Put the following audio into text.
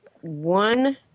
One